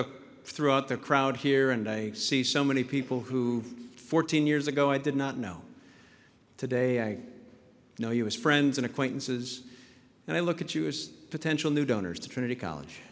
up throughout the crowd here and i see so many people who fourteen years ago i did not know today i know you as friends and acquaintances and i look at you as potential new donors to trinity college